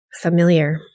familiar